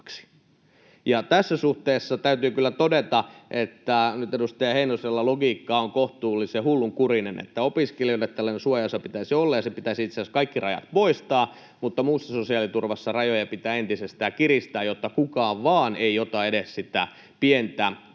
tässä suhteessa täytyy kyllä todeta, että nyt edustaja Heinosella logiikka on kohtuullisen hullunkurinen, että opiskelijoille tällainen suojaosa pitäisi olla ja pitäisi itse asiassa kaikki rajat poistaa, mutta muussa sosiaaliturvassa rajoja pitää entisestään kiristää, jotta kukaan vaan ei ota vastaan edes sitä pientä